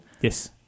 Yes